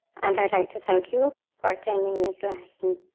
and i'd like to thank you for attending this lesson.